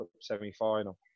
semi-final